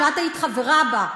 שאת היית חברה בה,